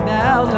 now